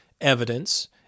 evidence